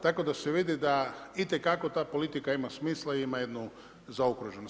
Tako da se vidi, da itekako ta politika ima smisla, ima jednu zaokruženost.